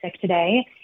today